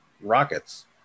rockets